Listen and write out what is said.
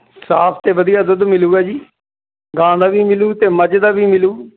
ਸਾਫ ਅਤੇ ਵਧੀਆ ਦੁੱਧ ਮਿਲੇਗਾ ਜੀ ਗਾਂ ਦਾ ਵੀ ਮਿਲੂ ਅਤੇ ਮੱਝ ਦਾ ਵੀ ਮਿਲੂ